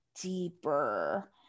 deeper